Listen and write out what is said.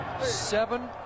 seven